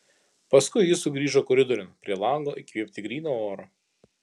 paskui jis sugrįžo koridoriun prie lango įkvėpti gryno oro